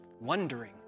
wondering